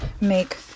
make